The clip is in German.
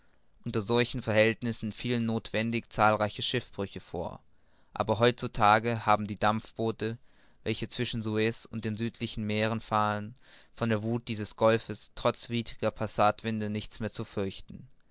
unter solchen verhältnissen fielen nothwendig zahlreiche schiffbrüche vor aber heut zu tage haben die dampfboote welche zwischen suez und den südlichen meeren fahren von der wuth dieses golfs trotz widriger passatwinde nichts mehr zu fürchten